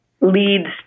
leads